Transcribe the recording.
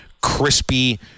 crispy